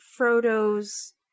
Frodo's